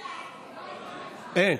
אין.